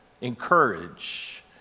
encourage